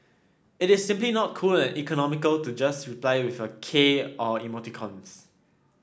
it is simply not cool and economical to just reply with a 'K' or emoticons